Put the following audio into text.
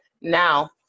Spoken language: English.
Now